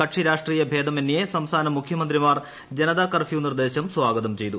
കക്ഷിരാഷ്ട്രീയ ഭേദമന്യേ സ്ട്സ്ഥാന്ന് മുഖ്യമന്ത്രിമാർ ജനതാ കർഫ്യൂ നിർദേശം സ്വാഗതം ചെയ്തു